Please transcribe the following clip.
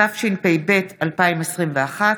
התשפ"ב 2021,